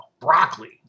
broccoli